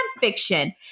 fiction